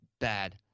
bad